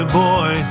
boy